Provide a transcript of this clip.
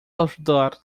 ajudar